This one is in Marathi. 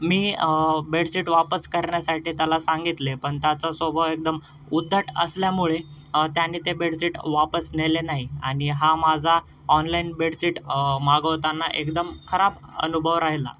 मी बेडसीट वापस करण्यासाठी त्याला सांगितले पण त्याचा स्वभाव एकदम उद्धट असल्यामुळे त्याने ते बेडसीट वापस नेले नाही आणि हा माझा ऑनलाईन बेडसीट मागवताना एकदम खराब अनुभव राहिला